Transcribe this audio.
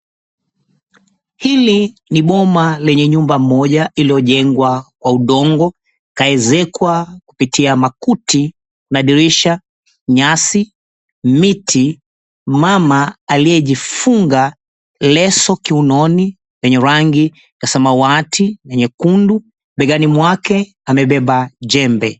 Hili ni boma lenye nyumba moja iliyojengwa kwa udongo ikaezekwa kupitia makuti na dirisha, nyasi, miti. Mama aliyejifunga leso kiunoni lenye rangi ya samawati na nyekundu. Begani mwake amebeba jembe.